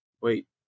wait